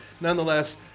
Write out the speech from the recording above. nonetheless